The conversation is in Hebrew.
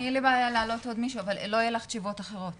אני יכולה להעלות עוד מישהו אבל לא יהיו לך תשובות אחרות.